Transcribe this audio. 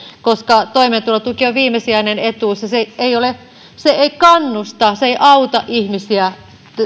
koska toimeentulotuki on viimesijainen etuus ja se ei kannusta se ei auta ihmisiä